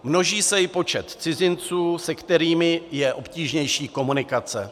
Množí se i počet cizinců, se kterými je obtížnější komunikace.